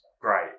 great